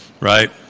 right